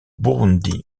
burundi